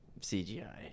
CGI